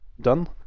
done